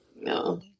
No